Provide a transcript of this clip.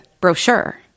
brochure